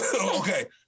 Okay